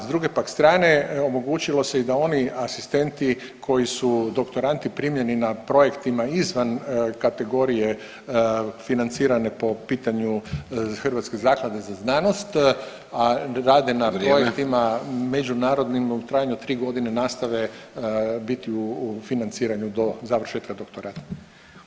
S druge pak strane omogućilo se i da oni asistenti koji su doktorandi primljeni na projektima izvan kategorije financirane po pitanju Hrvatske zaklade za znanost, a rade na [[Upadica: Vrijeme.]] projektima međunarodnim u trajanju od 3 godine nastave, biti financirane do, završetka doktorata.